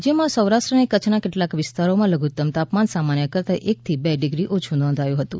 રાજ્યમાં સૌરાષ્ટ્ર અને કચ્છના કેટલાંક વિસ્તારોમાં લધુત્તમ તાપમાન સામાન્ય કરતાં એકથી બે ડિગ્રી ઓછું નોંધાયું હતું